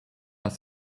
are